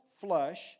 flush